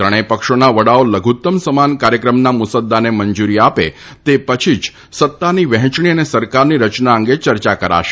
ત્રણેય પક્ષોના વડાઓ લધુત્તમ સમાન કાર્યક્રમના મુસદ્દાને મંજુરી આપે તે પછી જ સત્તાની વહેંચણી અને સરકારની રચના અંગે ચર્ચા કરાશે